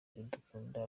iradukunda